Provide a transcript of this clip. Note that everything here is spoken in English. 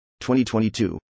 2022